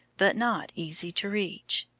but not easy to reach.